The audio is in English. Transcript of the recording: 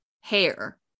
hair